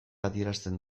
adierazten